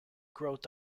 growth